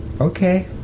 Okay